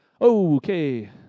okay